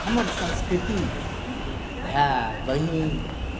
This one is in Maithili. हमर संस्कृति भाय बहिन